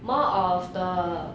more of the